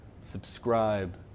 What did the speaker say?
subscribe